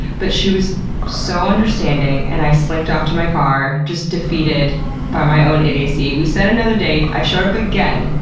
but she was so understanding, and i slinked off to my car, just defeated by my own idiocy. we set another date, i showed up again.